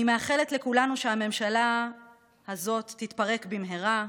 אני מאחלת לכולנו שהממשלה הזאת תתפרק במהרה,